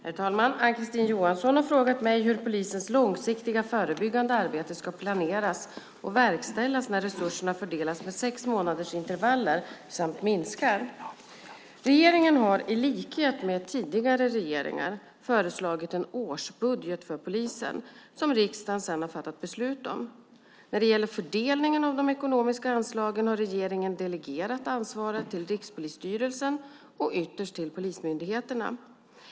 Herr talman! Ann-Kristine Johansson har frågat mig hur polisens långsiktiga förebyggande arbete ska planeras och verkställas när resurserna fördelas med sex månaders intervaller samt minskar. Regeringen har i likhet med tidigare regeringar föreslagit en årsbudget för polisen som riksdagen sedan har fattat beslut om. När det gäller fördelningen av de ekonomiska anslagen har regeringen delegerat ansvaret till Rikspolisstyrelsen och ytterst till polismyndigheterna.